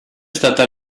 stata